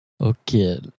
Okay